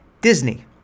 Disney